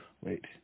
Wait